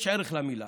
יש ערך למילה.